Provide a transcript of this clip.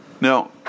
Now